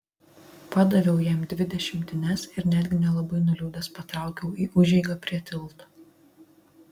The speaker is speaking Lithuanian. padaviau jam dvi dešimtines ir netgi nelabai nuliūdęs patraukiau į užeigą prie tilto